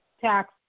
tax